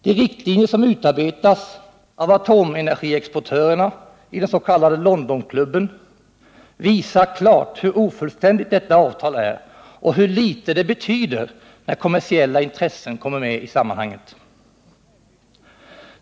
De riktlinjer som utarbetats av atomenergiexportörerna i den s.k. Londonklubben visar klart hur ofullständigt detta avtal är och hur litet det betyder när kommersiella intressen kommer med i sammanhanget.